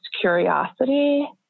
curiosity